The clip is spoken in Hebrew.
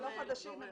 אלה לא דברים חדשים.